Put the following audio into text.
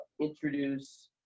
introduce